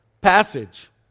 passage